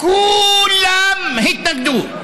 כולם התנגדו.